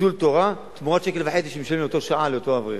ביטול תורה תמורת שקל וחצי שמשלמים לשעה לאותו אברך.